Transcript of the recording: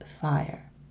fire